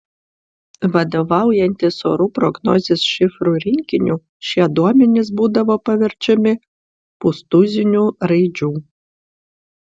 vadovaujantis orų prognozės šifrų rinkiniu šie duomenys būdavo paverčiami pustuziniu raidžių